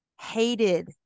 hated